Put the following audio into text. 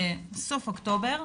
סוף אוקטובר,